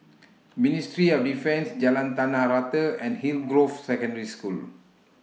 Ministry of Defence Jalan Tanah Rata and Hillgrove Secondary School